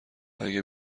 اگه